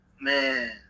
Man